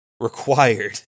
Required